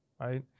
Right